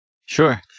Sure